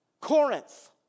Corinth